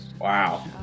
wow